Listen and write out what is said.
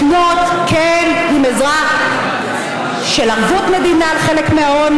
בקנייה עם עזרה של ערבות מדינה על חלק מההון